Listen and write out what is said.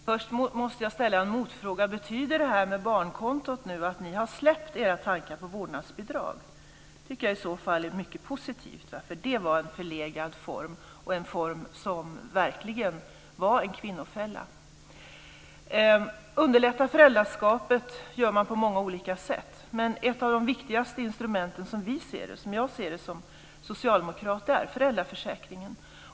Fru talman! Först måste jag ställa en motfråga. Betyder det här med barnkonto att ni har släppt era tankar på vårdnadsbidrag? Det tycker jag i så fall är mycket positivt, för det var en förlegad form och en form som verkligen var en kvinnofälla. Underlättar föräldraskapet gör man på många olika sätt. Ett av de viktigaste instrumenten är, som jag ser det som socialdemokrat, föräldraförsäkringen.